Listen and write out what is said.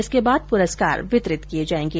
इसके बाद पुरस्कार वितरित किए जाएंगे